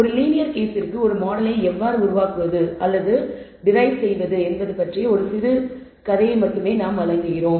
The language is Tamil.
ஒரு லீனியர் கேஸிற்கு ஒரு மாடலை எவ்வாறு உருவாக்குவது அல்லது டிரைன் செய்வது என்பது பற்றிய ஒரு சிறுகதையை மட்டுமே நாங்கள் வழங்குகிறோம்